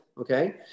okay